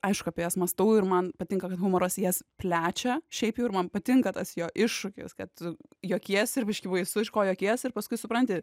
aišku apie jas mąstau ir man patinka kad humoras jas plečia šiaip jau ir man patinka tas jo iššūkis kad juokiesi ir biškį baisu iš ko juokiesi ir paskui supranti